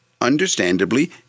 understandably